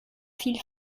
viel